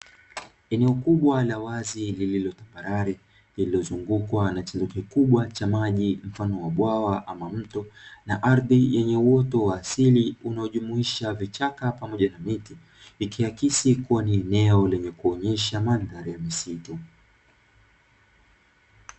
Eneo kubwa la wazi lililotambarare lililozungukwa na chanzo kikubwa cha maji mfano wa bwawa ama mto na ardhi yenye uoto wa asili, unaojumuisha vichaka pamoja na miti ikiakisi kuwa ni eneo lenye kuonyesha mandhari ya misitu.